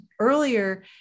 earlier